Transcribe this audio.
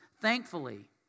Thankfully